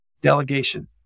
delegation